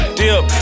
dip